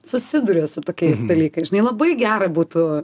susiduria su tokiais dalykais labai gera būtų